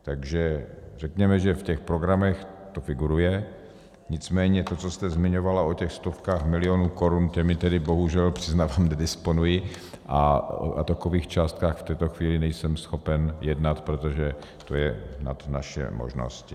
Takže řekněme, že v těch programech to figuruje, nicméně to, co jste zmiňovala o těch stovkách milionů korun, těmi tedy bohužel, přiznávám, nedisponuji a o takových částkách v této chvíli nejsem schopen jednat, protože to je nad naše možnosti.